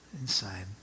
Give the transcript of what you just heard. Inside